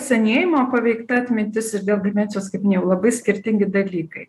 senėjimo paveikta atmintis ir dėl dimensijos kaip minėjau labai skirtingi dalykai